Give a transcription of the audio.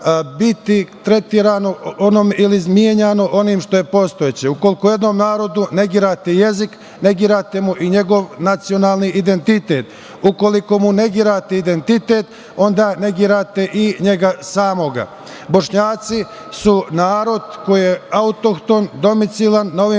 biti tretirano ili izmenjeno onim što je postojeće. Ukoliko jednom narodu negirate jezik, negirate mu i njegov nacionalni identitet. Ukoliko mu negirate identitet, onda negirate i njega samoga. Bošnjaci su narod koji je autohton, domicilan na ovim